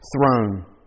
throne